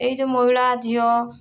ଏଇ ଯଉ ମହିଳା ଝିଅ